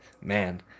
Man